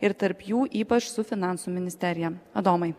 ir tarp jų ypač su finansų ministerija adomai